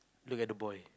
look at the boy